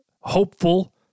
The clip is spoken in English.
hopeful